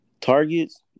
Targets